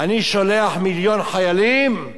אני שולח מיליון חיילים.